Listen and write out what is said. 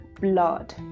blood